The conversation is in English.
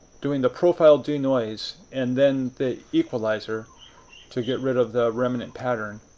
doing the profile denoise and then the equalizer to get rid of the remnant pattern.